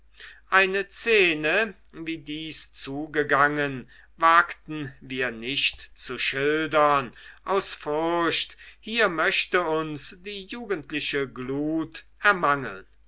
eine szene wie dies zugegangen wagten wir nicht zu schildern aus furcht hier möchte uns die jugendliche glut ermangeln